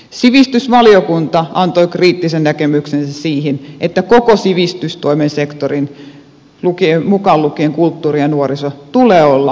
sivistysvaliokunta antoi kriittisen näkemyksensä siihen että koko sivistystoimen sektorin mukaan lukien kulttuuri ja nuoriso tulee olla samassa elikkä aluehallintovirastossa